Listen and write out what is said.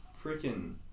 Freaking